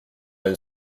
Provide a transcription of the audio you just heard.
même